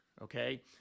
Okay